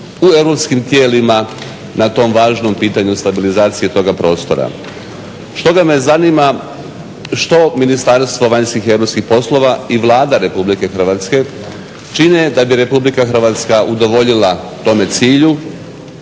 u europskim tijelima na tom važnom pitanju stabilizacije toga prostora. Stoga me zanima što Ministarstvo vanjskih i europskih poslova i Vlada Republike Hrvatske čine da bi Republika Hrvatska udovoljila tome cilju